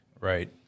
Right